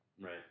Right